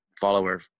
follower